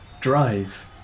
drive